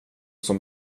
som